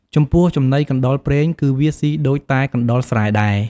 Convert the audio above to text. ចំពោះចំណីកណ្តុរព្រែង គឺវាសុីដូចតែកណ្តុរស្រែដែរ។